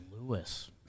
Lewis